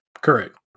correct